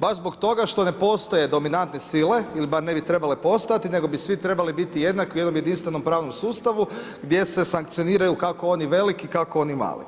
baš zbog toga što ne postoje dominante sile ili bar ne bi trebale postojati, nego bi svi trebali biti jednaki u jednom jedinstvenom pravnom sustavu gdje se sankcioniraju kako oni veliki, kako oni mali.